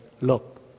look